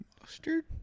mustard